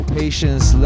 patience